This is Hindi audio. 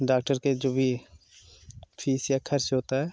डॉक्टर के जो भी फीस या खर्च होता है